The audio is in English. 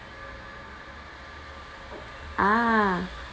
ah